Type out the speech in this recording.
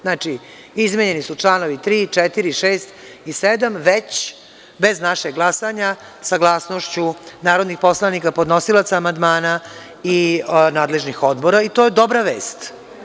Znači, izmenjeni su članovi 3, 4, 6. i 7, bez našeg glasanja, saglasnošću narodnih poslanika, podnosilaca amandmana i nadležnih odbora i to je dobra vest.